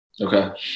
okay